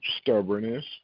stubbornness